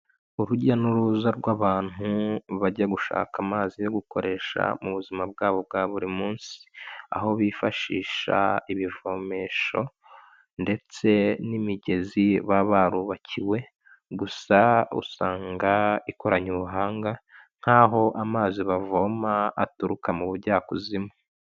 Urujya n'uruza rw'abantu bajya gushaka amazi yo gukoresha mu buzima bwabo bwa buri munsi, aho bifashisha ibivomesho ndetse n'imigezi baba barubakiwe gusa usanga ikoranye ubuhanga nk'aho amazi bavoma aturuka mu bujyakuzimu.